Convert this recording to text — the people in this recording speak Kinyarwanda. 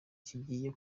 kigiye